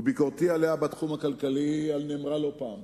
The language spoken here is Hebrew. וביקורתי עליה בתחום הכלכלי נאמרה לא פעם.